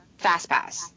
FastPass